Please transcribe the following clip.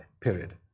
period